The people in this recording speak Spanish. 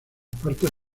partes